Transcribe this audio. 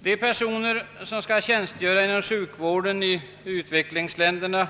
De personer som skall tjänstgöra inom sjukvården i utvecklingsländerna